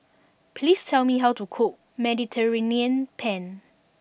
please tell me how to cook Mediterranean Penne